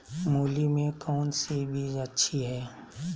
मूली में कौन सी बीज अच्छी है?